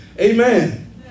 Amen